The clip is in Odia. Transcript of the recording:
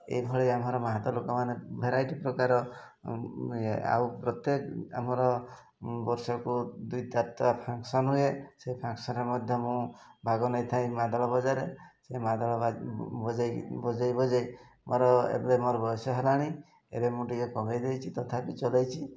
ଏଇଭଳି ଆମର ମାଦ ଲୋକମାନେ ଭେରାଇଟି ପ୍ରକାର ଆଉ ପ୍ରତ୍ୟେକ ଆମର ବର୍ଷକୁ ଦୁଇ ଚାରି ତ ଫଙ୍କସନ୍ ହୁଏ ସେ ଫଙ୍କସନ୍ରେ ମଧ୍ୟ ମୁଁ ଭାଗ ନେଇଥାଏ ମାଦଳ ବଜାରରେ ସେ ମାଦଳ ବଜାଇ ବଜାଇ ବଜାଇ ମୋର ଏବେ ମୋର ବୟସ ହେଲାଣି ଏବେ ମୁଁ ଟିକେ କମାଇ ଦେଇଛି ତଥାପି ଚଲାଇଛି